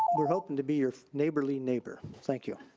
we're hoping to be your neighborly neighbor. thank you.